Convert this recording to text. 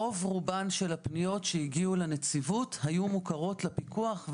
רוב-רובן של הפניות שהגיעו לנציבות היו מוכרות לפיקוח,